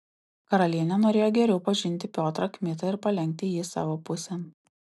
karalienė norėjo geriau pažinti piotrą kmitą ir palenkti jį savo pusėn